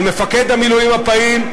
של מפקד המילואים הפעיל,